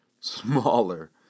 smaller